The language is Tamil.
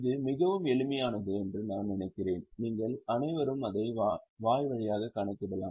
இது மிகவும் எளிமையானது என்று நான் நினைக்கிறேன் நீங்கள் அனைவரும் அதை வாய்வழியாக கணக்கிடலாம்